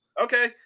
Okay